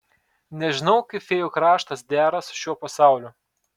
nežinau kaip fėjų kraštas dera su šiuo pasauliu